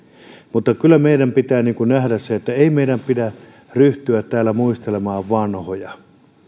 mutta kyllä meidän pitää nähdä se että ei meidän pidä ryhtyä täällä muistelemaan vanhoja